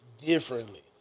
differently